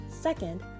Second